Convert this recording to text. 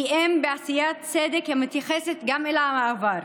כי אם גם בעשיית צדק המתייחסת אל העבר.